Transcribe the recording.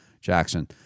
Jackson